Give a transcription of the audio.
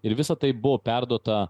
ir visa tai buvo perduota